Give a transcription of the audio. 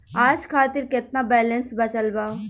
आज खातिर केतना बैलैंस बचल बा?